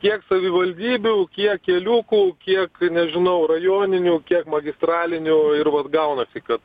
kiek savivaldybių kiek keliukų kiek nežinau rajoninių kiek magistralinių ir vat gaunasi kad